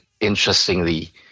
interestingly